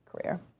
career